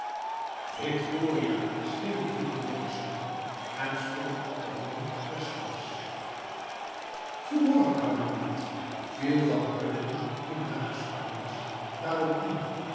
victoria schreeuwde filip dirksz en sprong op den wal der schans goê morgen kameraad viel van keulen die hem nagesprongen was daarop in